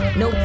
no